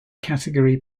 category